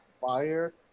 fire